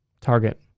target